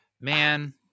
Man